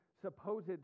Supposed